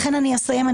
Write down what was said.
אני אסיים.